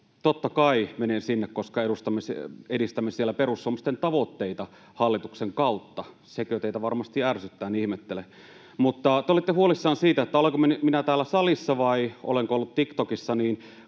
totta kai menen sinne, koska edistämme siellä perussuomalaisten tavoitteita hallituksen kautta. Se teitä varmasti ärsyttää, en ihmettele. Te olitte huolissanne siitä, olenko minä täällä salissa vai olenko ollut TikTokissa.